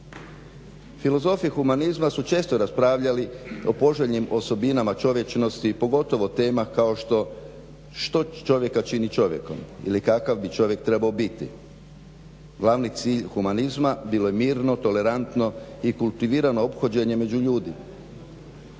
Filozofi humanizma su često raspravljali o poželjnim osobinama čovječnosti, pogotovo tema kao što čovjeka čini čovjekom ili kakav bi čovjek trebao biti. Glavni cilj humanizma bilo je mirno, tolerantno i kultivirano ophođenje među ljudima.